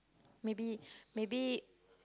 maybe maybe